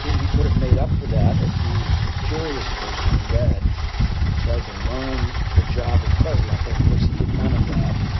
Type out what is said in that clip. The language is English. he could have made up for that if he was a curious person who read and tried to learn the job of president. but of course, he did none of that.